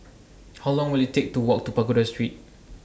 How Long Will IT Take to Walk to Pagoda Street